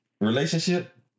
relationship